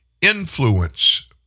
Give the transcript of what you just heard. influence